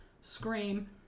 scream